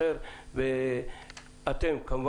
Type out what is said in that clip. רת"ע פועלת ממניע אחר ואתם כמובן,